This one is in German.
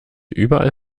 überall